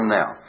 now